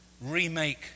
remake